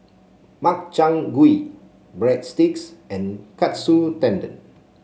Makchang Gui Breadsticks and Katsu Tendon